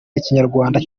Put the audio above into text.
ikinyarwanda